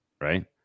Right